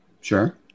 sure